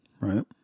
right